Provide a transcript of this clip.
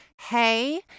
hey